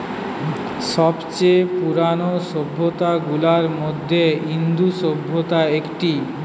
সব চেয়ে পুরানো সভ্যতা গুলার মধ্যে ইন্দু সভ্যতা একটি